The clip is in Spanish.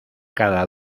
cada